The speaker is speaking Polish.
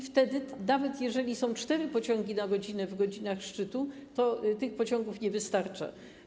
Wtedy, nawet jeżeli są cztery pociągi na godzinę w godzinach szczytu, tych pociągów nie wystarcza.